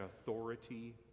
authority